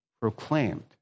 proclaimed